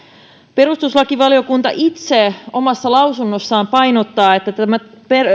perustuslakivaliokunta itse omassa lausunnossaan painottaa että tätä